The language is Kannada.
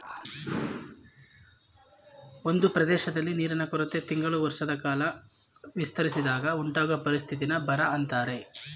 ಒಂದ್ ಪ್ರದೇಶ್ದಲ್ಲಿ ನೀರಿನ ಕೊರತೆ ತಿಂಗಳು ವರ್ಷದಕಾಲ ವಿಸ್ತರಿಸಿದಾಗ ಉಂಟಾಗೊ ಪರಿಸ್ಥಿತಿನ ಬರ ಅಂತಾರೆ